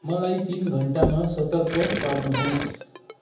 मलाइ तिन घन्टामा सतर्क पार्नुहोस्